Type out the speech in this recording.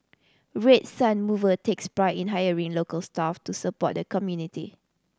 Red Sun Mover takes pride in hiring local staff to support the community